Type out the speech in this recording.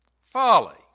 Folly